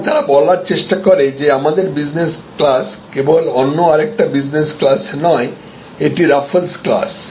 সুতরাং তারা বলার চেষ্টা করে যে আমাদের বিজনেস ক্লাস কেবল অন্য আরেকটি বিজনেস ক্লাস নয় এটি রাফলস ক্লাস